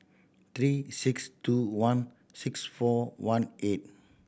three six two one six four one eight